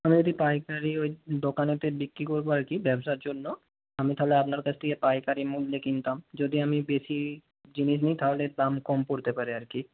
আমি যদি পাইকারি ওই দোকানেতে বিক্রি করব আর কি ব্যবসার জন্য আমি তাহলে আপনার কাছ থেকে পাইকারি মূল্যে কিনতাম যদি আমি বেশি জিনিস নিই তাহলে দাম কম পড়তে পারে আর কি